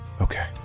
Okay